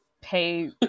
pay